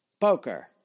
Poker